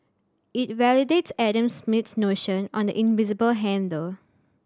it validates Adam Smith's notion on the invisible hand though